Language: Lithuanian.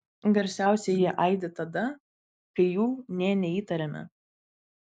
garsiausiai jie aidi tada kai jų nė neįtariame